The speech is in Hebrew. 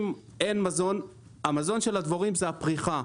אם אין מזון, המזון של הדבורים זה הפריחה.